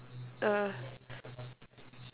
err